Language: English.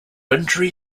injury